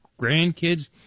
grandkids